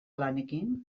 lanekin